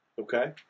okay